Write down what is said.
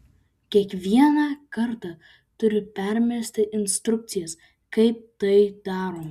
kiekvieną kartą turi permesti instrukcijas kaip tai daroma